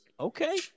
Okay